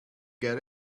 get